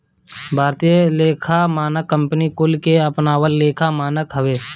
भारतीय लेखा मानक कंपनी कुल के अपनावल लेखा मानक हवे